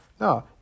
No